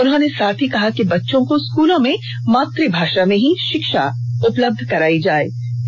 उन्होंने साथ ही कहा कि बच्चों को स्कूलों में मातुभाषा में ही शिक्षा मुहैया कराई जानी चाहिए